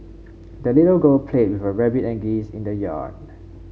the little girl played with her rabbit and geese in the yard